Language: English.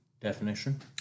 definition